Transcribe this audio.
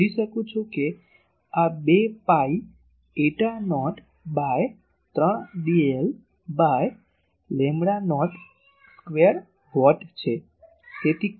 હું શોધી શકું છું કે આ 2 pi eta naught by 3 dl by lambda naught square what છે